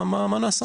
מה נעשה.